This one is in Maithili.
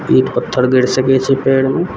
ईंट पत्थर गड़ि सकय छै पयरमे